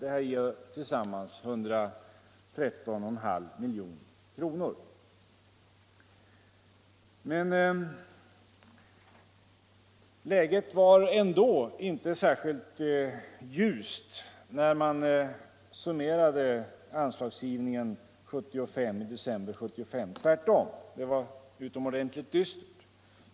Det gör tillsammans 113,5 milj.kr. Men läget var ändå inte ljust när man summerade anslagsgivningen i december 1975. Tvärtom var det utomordentligt dystert.